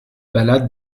balades